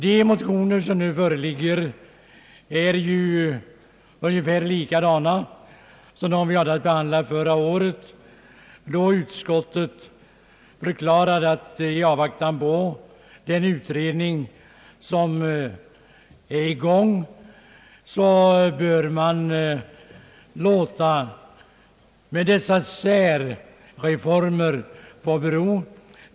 De motioner som nu föreligger är ju ungefär desamma som de vi hade att behandla förra året, då utskottet förklarade att man i avvaktan på den utredning som är i gång bör låta med de nu föreslagna särreformerna bero.